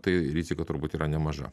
tai rizika turbūt yra nemaža